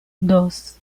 dos